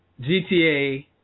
GTA